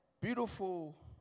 beautiful